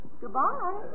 Goodbye